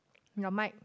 your mic